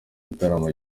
igitaramo